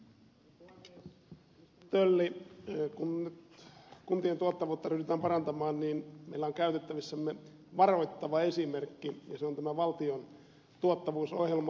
ministeri tölli kun nyt kuntien tuottavuutta ryhdytään parantamaan niin meillä on käytettävissämme varoittava esimerkki ja se on tämä valtion tuottavuusohjelma